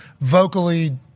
vocally